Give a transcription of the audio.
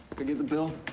i get the bill?